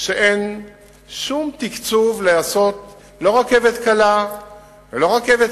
שאין שום תקציב לעשות לא רכבת קלה ולא רכבת